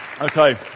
Okay